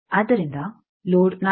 ಆದ್ದರಿಂದ ಲೋಡ್ 4